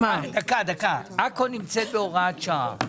עכו נמצאת בהוראת שעה.